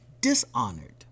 dishonored